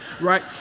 right